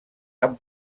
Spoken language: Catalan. han